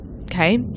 okay